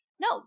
no